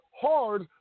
hard